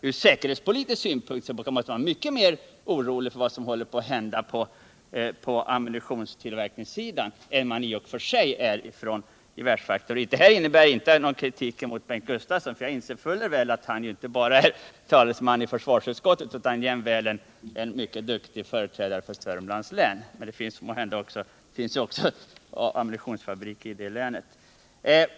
Ur säkerhetspolitisk synpunkt måste man alltså vara mycket mer orolig för vad som håller på att hända på ammunitionstillverkningssidan än man behöver vara när det gäller gevärsfaktoriet. Detta innebär inte någon kritik mot Bengt Gustavsson. Jag inser fuller väl att han inte bara är talesman för socialdemokraterna i försvarsutskottet utan jämväl en mycket duktig företrädare för Södermanlands län. Men det finns ju också en ammunitionsfabrik i det länet!